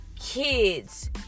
kids